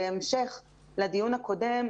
בהמשך לדיון הקודם,